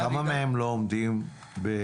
כמה מהם לא עומדים בתקן?